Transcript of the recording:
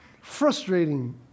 Frustrating